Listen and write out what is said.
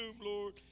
Lord